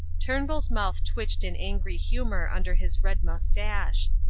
turnbull's mouth twitched in angry humour under his red moustache.